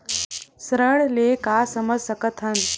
ऋण ले का समझ सकत हन?